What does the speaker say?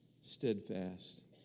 steadfast